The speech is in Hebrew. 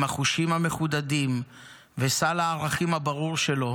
עם החושים המחודדים וסל הערכים הברור שלו